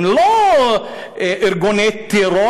הן לא ארגוני טרור,